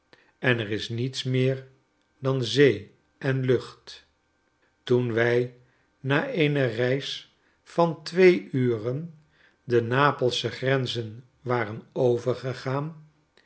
en er is niets meer dan zee en lucht toen wij na eene reis van twee uren de napelschen grenzen waren overgegaan